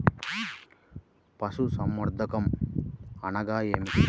పశుసంవర్ధకం అనగా ఏమి?